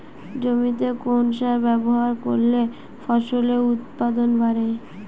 জমিতে কোন সার ব্যবহার করলে ফসলের উৎপাদন বাড়ে?